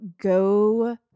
go